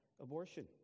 abortion